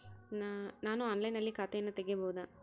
ನಾನು ಆನ್ಲೈನಿನಲ್ಲಿ ಖಾತೆಯನ್ನ ತೆಗೆಯಬಹುದಾ?